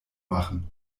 machen